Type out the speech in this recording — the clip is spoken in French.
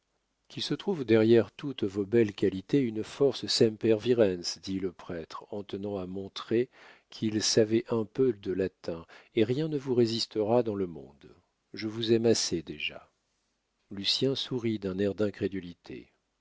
qu'il se trouve derrière toutes vos belles qualités une force semper virens dit le prêtre en tenant à montrer qu'il savait un peu de latin et rien ne vous résistera dans le monde je vous aime assez déjà lucien sourit d'un air d'incrédulité